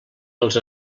els